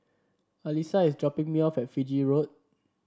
Alysa is dropping me off at Fiji Road